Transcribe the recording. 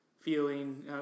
Feeling